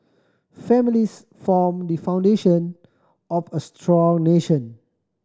families form the foundation of a strong nation